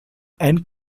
and